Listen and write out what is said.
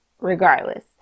regardless